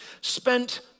spent